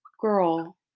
Girl